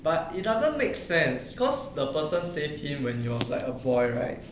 but it doesn't make sense cause the person saved him when he was like a boy right